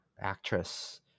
actress